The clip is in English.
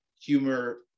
humor